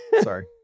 Sorry